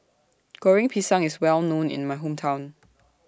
Goreng Pisang IS Well known in My Hometown